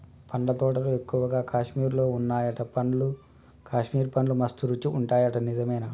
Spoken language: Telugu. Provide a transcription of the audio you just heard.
పండ్ల తోటలు ఎక్కువగా కాశ్మీర్ లో వున్నాయట, కాశ్మీర్ పండ్లు మస్త్ రుచి ఉంటాయట నిజమేనా